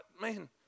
Man